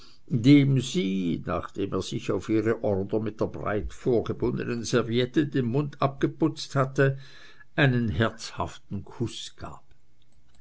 dem sie nachdem er sich auf ihre ordre mit der breit vorgebundenen serviette den mund abgeputzt hatte einen herzhaften kuß gab